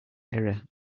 error